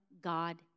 God